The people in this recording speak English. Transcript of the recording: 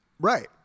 Right